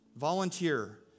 Volunteer